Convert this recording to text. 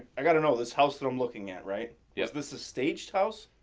i got to know, this house that i'm looking at. right. yeah is this a staged house?